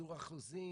פיזור אחוזים